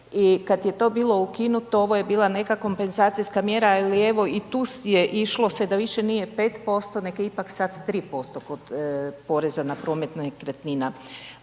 kad je to bilo ukinuto ovo je bila neka kompenzacijska mjera ali evo i tu se je išlo da ipak nije 5% nego je ipak sad 3% kod poreza na promet nekretnina.